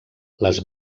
les